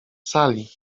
sali